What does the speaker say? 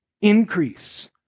increase